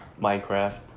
Minecraft